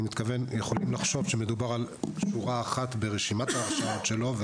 יכולים לחשוב שמדובר על שורה אחת ברשימת ההרשאות שלו.